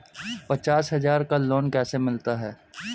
पचास हज़ार का लोन कैसे मिलता है?